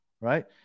right